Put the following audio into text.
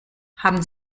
haben